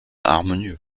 harmonieux